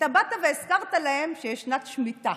אתה באת והזכרת להם שיש שנת שמיטה,